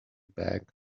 back